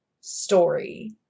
story